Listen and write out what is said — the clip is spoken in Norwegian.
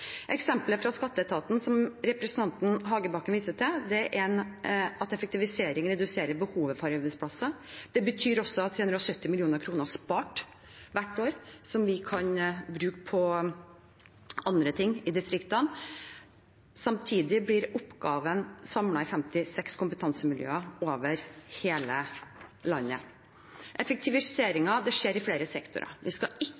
fra skatteetaten som representanten Hagebakken viser til, er at effektivisering reduserer behovet for arbeidsplasser. Det betyr også 370 mill. kr spart hvert år, som vi kan bruke på andre ting i distriktene. Samtidig blir oppgavene samlet i 56 kompetansemiljøer over hele landet. Effektiviseringen skjer i flere sektorer. Vi skal